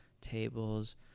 tables